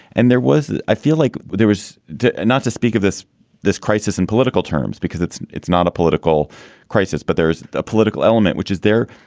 and there was i feel like there was and not to speak of this this crisis in political terms because it's it's not a political crisis, but there's a political element which is there.